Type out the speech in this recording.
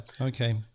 Okay